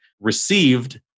received